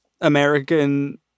American